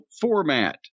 format